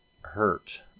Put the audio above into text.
hurt